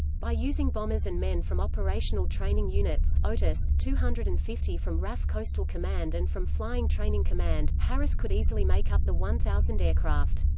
by using bombers and men from operational training units otus, two hundred and fifty from raf coastal command and from flying training command, harris could easily make up the one thousand aircraft.